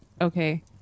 okay